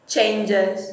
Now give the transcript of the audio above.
changes